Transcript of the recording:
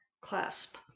clasp